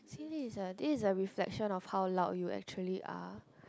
see this ah this is a reflection of how loud you actually are